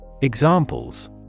Examples